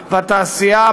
בתעשייה,